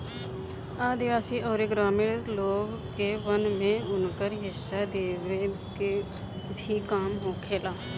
आदिवासी अउरी ग्रामीण लोग के वन में उनकर हिस्सा देवे के भी काम होखेला